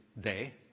Day